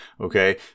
okay